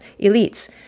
elites